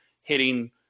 hitting